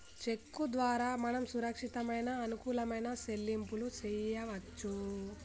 చెక్కు ద్వారా మనం సురక్షితమైన అనుకూలమైన సెల్లింపులు చేయవచ్చు